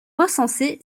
recensés